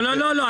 לא, לא.